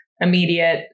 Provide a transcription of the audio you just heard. immediate